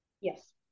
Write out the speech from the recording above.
Yes